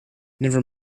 never